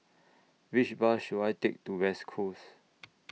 Which Bus should I Take to West Coast